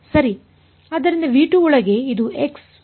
ಆದ್ದರಿಂದ ಒಳಗೆ ಇದು x y ನ ಕಾರ್ಯವಾಗಿ ಬದಲಾಗುತ್ತದೆ